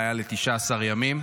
הוא היה ל-19 ימים.